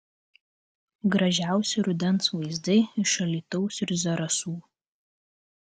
gražiausi rudens vaizdai iš alytaus ir zarasų